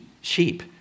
sheep